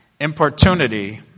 importunity